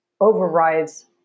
overrides